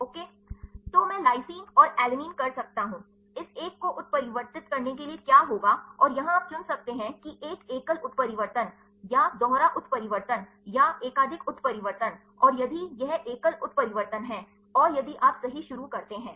okay तो मैं lysine और अलैनिन कर सकता हूं इस एक को उत्परिवर्तित करने के लिए क्या होगा और यहां आप चुन सकते हैं कि एक एकल उत्परिवर्तन या दोहरा उत्परिवर्तन या एकाधिक उत्परिवर्तन और यदि यह एकल उत्परिवर्तन है और यदि आप सही शुरू करते हैं